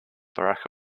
barack